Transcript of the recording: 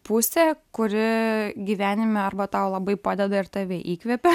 pusė kuri gyvenime arba tau labai padeda ir tave įkvepia